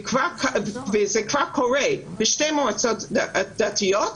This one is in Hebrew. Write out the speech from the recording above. וזה כבר קורה בשתי מועצות דתיות,